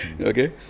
Okay